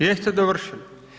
Jeste dovršili?